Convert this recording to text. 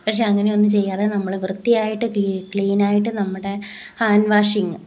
പക്ഷേ അങ്ങനെയൊന്നും ചെയ്യാതെ നമ്മൾ വൃത്തിയായിട്ട് കീ ക്ലീൻ ആയിട്ട് നമ്മുടെ ഹാൻഡ് വാഷിങ്ങ്